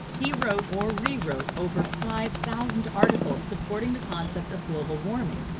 he wrote or rewrote over five thousand articles supporting the concept of global warming.